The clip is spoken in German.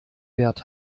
wert